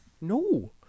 no